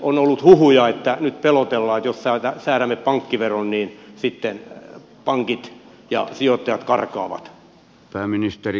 on ollut huhuja että nyt pelotellaan että jos säädämme pankkiveron niin sitten pankit ja sijoittajat karkaavat